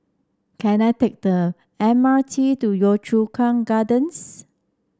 can I take the M R T to Yio Chu Kang Gardens